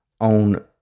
on